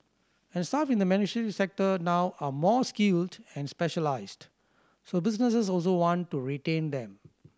and staff in the sector now are more skilled and specialised so businesses also want to retain them